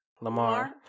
Lamar